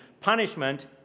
punishment